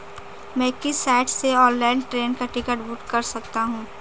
मैं किस साइट से ऑनलाइन ट्रेन का टिकट बुक कर सकता हूँ?